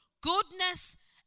Goodness